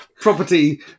property